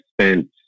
spent